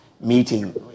meeting